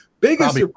Biggest